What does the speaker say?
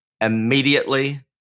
immediately